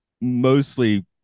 mostly